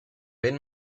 ben